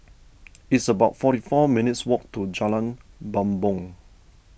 it's about forty four minutes' walk to Jalan Bumbong